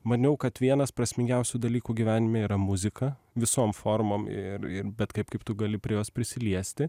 maniau kad vienas prasmingiausių dalykų gyvenime yra muzika visom formom ir ir bet kaip kaip tu gali prie jos prisiliesti